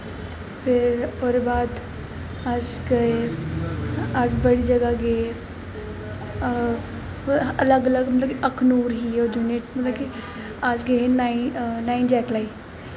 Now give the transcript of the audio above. ते ओह्दे बाद अस कोई अस बड़ी जगह् गे अलग अलग मतलब कि अखनूर ही एह् यूनिट मतलब अस गे हे नाइन जैक लाई